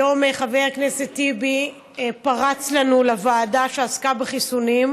היום חבר הכנסת טיבי פרץ לנו לוועדה שעסקה בחיסונים,